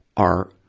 are,